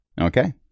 Okay